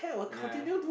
ya